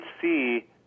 see